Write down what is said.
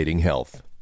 health